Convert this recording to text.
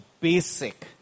basic